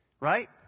Right